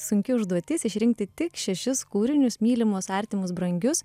sunki užduotis išrinkti tik šešis kūrinius mylimus artimus brangius